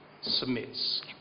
submits